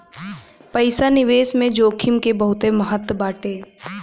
पईसा निवेश में जोखिम के बहुते महत्व बाटे